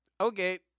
okay